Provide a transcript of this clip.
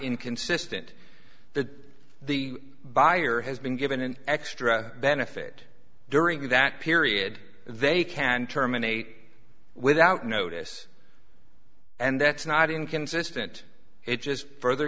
inconsistent that the buyer has been given an extra benefit during that period they can terminate without notice and that's not inconsistent it just further